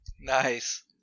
Nice